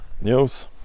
news